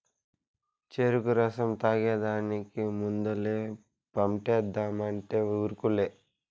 చెరుకు రసం తాగేదానికి ముందలే పంటేద్దామంటే ఉరుకులే